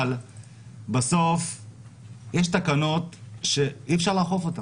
אבל בסוף יש תקנות שאי אפשר לאכוף אותן.